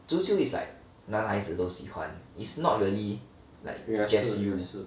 足球 is like 男孩子都喜欢 it's not really like just you